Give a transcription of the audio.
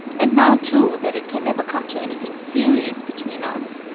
and now, too, that it can never come to anything serious between us